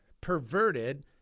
perverted